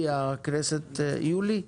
ביולי,